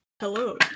Hello